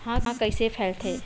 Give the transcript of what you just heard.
ह कइसे फैलथे?